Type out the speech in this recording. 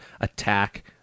attack